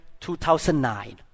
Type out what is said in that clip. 2009